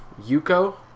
Yuko